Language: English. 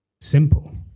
simple